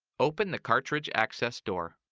open the cartridge access door.